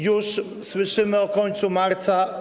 Już słyszymy o końcu marca.